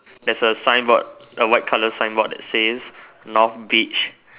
there's a signboard a white colour signboard says north beach